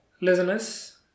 Listeners